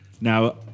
now